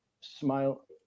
smile